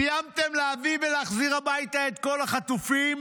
סיימתם להביא ולהחזיר את כל החטופים?